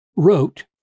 wrote